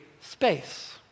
space